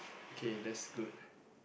okay that's good